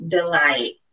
Delight